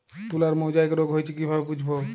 তুলার মোজাইক রোগ হয়েছে কিভাবে বুঝবো?